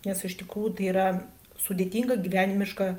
nes iš tikrųjų tai yra sudėtinga gyvenimiška